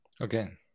Again